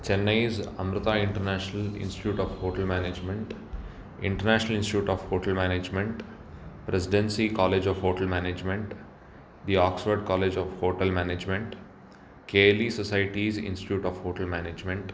Chennai's Amrita international institute of hotel management international institute of hotel management residency college of hotel management the Oxford college of hotel management Kelly societies institute of hotel management